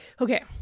okay